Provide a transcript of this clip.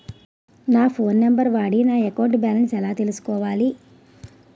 నా phone number వాడి నా అకౌంట్ బాలన్స్ ఎలా తెలుసుకోవాలి?